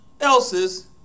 else's